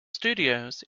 studios